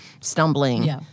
stumbling